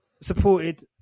supported